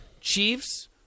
Chiefs